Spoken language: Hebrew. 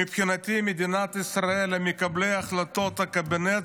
מבחינתי, מדינת ישראל ומקבלי ההחלטות והקבינט